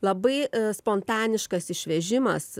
labai spontaniškas išvežimas